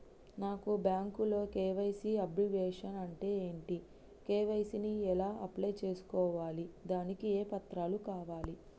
నాకు బ్యాంకులో KYC abbreviation అంటే ఏంటి కే.వై.సీ ని ఎలా అప్లై చేసుకోవాలి దానికి ఏ పత్రాలు కావాలి?